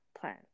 plan